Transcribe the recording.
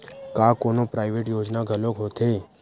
का कोनो प्राइवेट योजना घलोक होथे?